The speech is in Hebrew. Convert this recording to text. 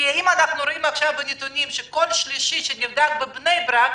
אם אנחנו רואים עכשיו בנתונים שכל אדם שלישי שנבדק בבני ברק